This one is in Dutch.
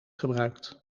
gebruikt